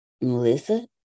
Melissa